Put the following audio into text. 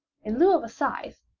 in lieu of a scythe,